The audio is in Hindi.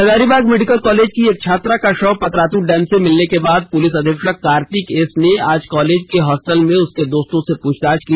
हजारीबाग मेडिकल कॉलेज की एक छात्रा का शव पतरातू डैम से मिलने के बाद पुलिस अधीक्षक कार्तिक एस ने आज कॉलेज के हॉस्टल में उसके दोस्तों से पूछताछ की